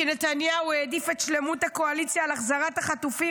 כי נתניהו העדיף את שלמות הקואליציה על החזרת החטופים.